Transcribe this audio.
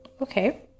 Okay